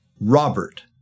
Robert